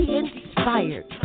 inspired